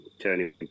turning